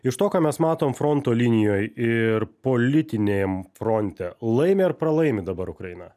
iš to ką mes matom fronto linijoj ir politiniam fronte laimi ar pralaimi dabar ukraina